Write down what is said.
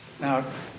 Now